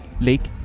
Lake